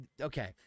Okay